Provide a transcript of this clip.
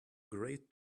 great